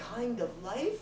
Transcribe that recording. kind of life